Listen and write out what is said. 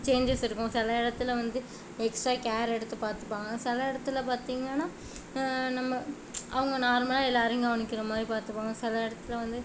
changes இருக்கும் சில இடத்துல வந்து எக்ஸ்ட்ரா கேர் எடுத்து பார்த்துப்பாங்க சில இடத்துல பார்த்தீங்கன்னா நம்ம அவங்க நார்மலாக எல்லோரையும் கவனிக்கிற மாதிரி பார்த்துப்பாங்க சில இடத்துல வந்து